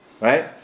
right